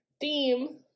theme